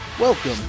Welcome